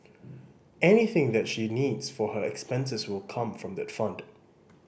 anything that she needs for her expenses will come from that fund